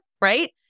right